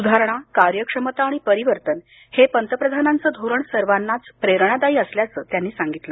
सुधारणा कार्यक्षमता आणि परिवर्तन हे पंतप्रधानांचं धोरण सर्वांनाच प्रेरणादाई असल्याचं त्यांनी सांगितलं